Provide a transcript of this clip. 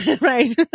right